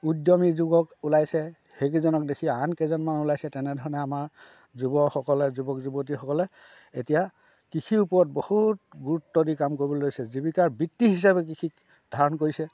উদ্যমী যুৱক ওলাইছে সেইকেইজনক দেখি আন কেইজনমান ওলাইছে তেনেধৰণে আমাৰ যুৱকসকলে যুৱক যুৱতীসকলে এতিয়া কৃষিৰ ওপৰত বহুত গুৰুত্ব দি কাম কৰিবলৈ লৈছে জীৱিকাৰ বৃত্তি হিচাপে কৃষিক ধাৰণ কৰিছে